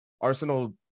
Arsenal